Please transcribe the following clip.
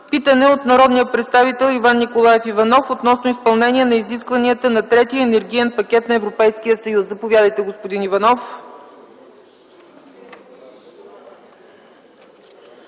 Питане от народния представител Иван Николаев Иванов относно изпълнение на изискванията на Третия енергиен пакет на Европейския съюз. Заповядайте, господин Иванов.